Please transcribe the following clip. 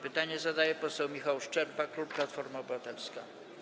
Pytanie zadaje poseł Michał Szczerba, klub Platforma Obywatelska.